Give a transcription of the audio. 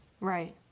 right